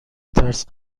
ترس